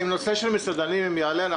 אם הנושא של מסעדנים יעלה,